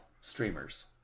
streamers